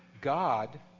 God